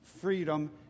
freedom